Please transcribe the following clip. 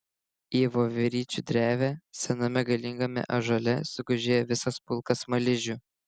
į voveryčių drevę sename galingame ąžuole sugužėjo visas pulkas smaližių